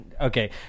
okay